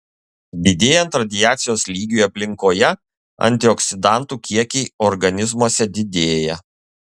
didėjant radiacijos lygiui aplinkoje antioksidantų kiekiai organizmuose didėja